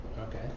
Okay